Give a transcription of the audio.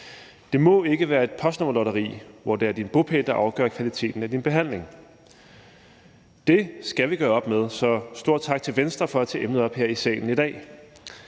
Det må ikke være et postnummerlotteri, hvor det er din bopæl, der afgør kvaliteten af din behandling. Det skal vi gøre op med, så stor tak til Venstre for at tage emnet op her i salen i dag,